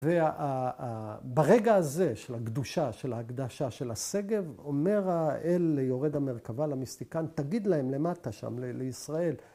‫וברגע הזה של הקדושה, ‫של ההקדשה, של השגב, ‫אומר האל ליורד המרכבה למסטיקן, ‫תגיד להם למטה שם, לישראל,